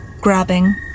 grabbing